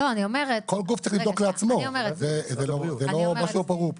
זה לא ברור פה.